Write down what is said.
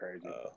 crazy